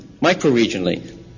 micro-regionally